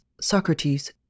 Socrates